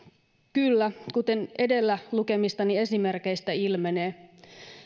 kyllä kuten edellä lukemistani esimerkeistä ilmenee